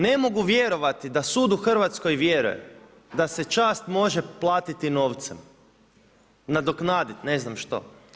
Ne mogu vjerovati, da sud u Hrvatskoj vjeruje, da se čast može platiti novcem, nadoknaditi, ne znam što.